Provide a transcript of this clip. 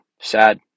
sad